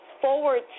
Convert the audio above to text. forward